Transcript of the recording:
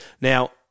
Now